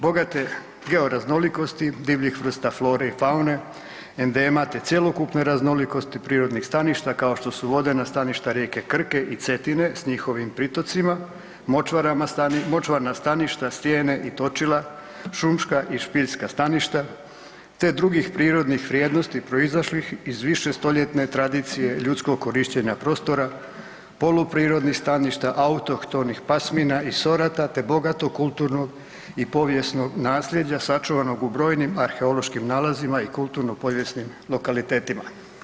Bogate georaznolikosti, divljih vrsta flore i faune, endema te cjelokupne raznolikosti prirodnih staništa kao što su voden staništa rijeke Krke i Cetine s njihovim pritocima, močvarnim staništa, stijene i točila, šumska i špiljska staništa, te drugih prirodnih vrijednost proizašlih iz više stoljetne tradicije ljudskog korištenja prostora, poluprirodnih staništa, autohtonih pasmina i sorata te bogatog, kulturnog i povijesnog nasljeđa sačuvanog u brojnih arheološkim nalazim i kulturno-povijesnim lokalitetima.